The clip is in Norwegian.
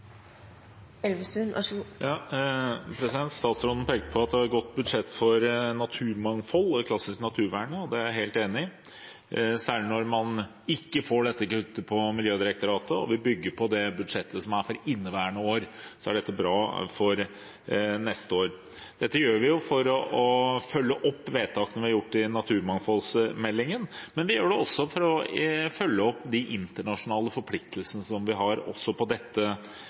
det klassiske naturvernet, og det er jeg helt enig i. Særlig når det ikke blir kutt for Miljødirektoratet, og vi bygger på budsjettet for inneværende år, er dette bra for neste år. Dette gjør vi for å følge opp vedtakene vi gjorde i forbindelse med behandlingen av naturmangfoldmeldingen, men vi gjør det også for å følge opp de internasjonale forpliktelsene som vi har også på dette